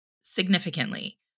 significantly